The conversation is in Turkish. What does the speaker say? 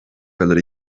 kadar